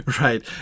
right